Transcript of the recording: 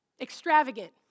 Extravagant